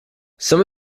some